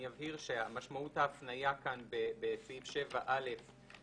אני אבהיר שמשמעות ההפניה כאן בסעיף 7א(2),